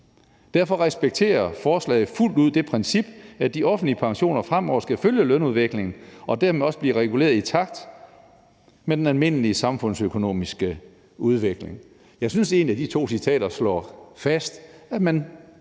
Derfor respekterer forslaget fuldt ud det princip, at de offentlige pensioner fremover skal følge lønudviklingen og dermed også blive reguleret i takt med den almindelige samfundsøkonomiske udvikling.« Jeg synes egentlig, at de to citater slår fast, at man